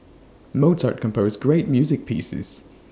Mozart composed great music pieces